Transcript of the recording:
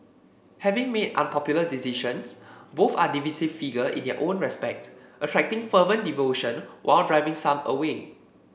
having made unpopular decisions both are divisive figure in their own respect attracting fervent devotion while driving some away